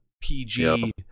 PG